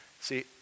See